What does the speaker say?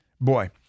Boy